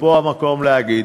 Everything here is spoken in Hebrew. ופה המקום להגיד: